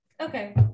Okay